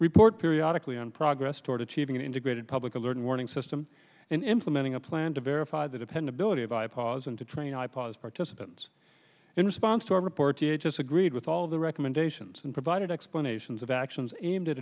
report periodically on progress toward achieving an integrated public alert and warning system and implementing a plan to verify the dependability of a pause and to train i pause participant in response to a report a just agreed with all the recommendations and provided explanations of actions aimed at